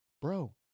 bro